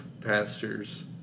pastors